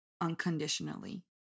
unconditionally